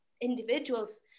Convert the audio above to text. individuals